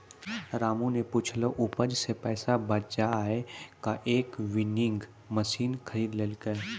रामू नॅ पिछलो उपज सॅ पैसा बजाय कॅ एक विनोइंग मशीन खरीदी लेलकै